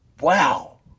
wow